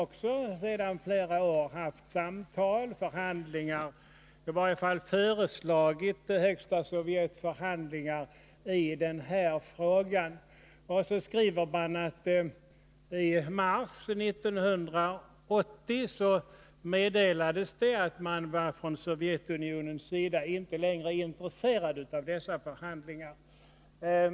Regeringen har sedan flera år tillbaka haft samtal med Högsta Sovjet i den här frågan, och man har föreslagit förhandlingar. I betänkandet står att det i mars 1980 meddelats att man från Sovjetunionens sida inte längre var intresserad av att föra sådana förhandlingar.